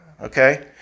okay